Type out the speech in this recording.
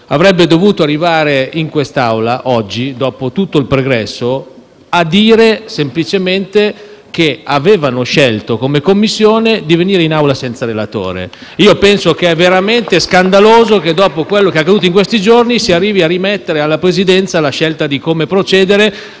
sarebbe dovuto arrivare in Aula oggi, dopo tutto il pregresso, dicendo semplicemente che avevano scelto, come Commissione, di venire in Aula senza relatore. *(Applausi dal Gruppo PD)*. Penso che sia veramente scandaloso che, dopo quanto accaduto in questi giorni, si arrivi a rimettere alla Presidenza la scelta di come procedere,